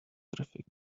traffic